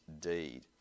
deed